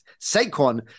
Saquon